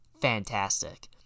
fantastic